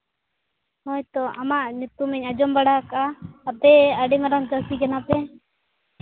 ᱦᱚᱭ ᱛᱳ ᱟᱢᱟᱜ ᱧᱩᱛᱩᱢ ᱤᱧ ᱟᱸᱡᱚᱢ ᱵᱟᱲᱟᱣ ᱠᱟᱜᱼᱟ ᱟᱯᱮ ᱟᱹᱰᱤ ᱢᱟᱨᱟᱝ ᱪᱟᱹᱥᱤ ᱠᱟᱱᱟ ᱯᱮ